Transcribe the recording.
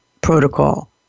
protocol